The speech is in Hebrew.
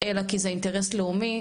אלא כי זה אינטרס לאומי,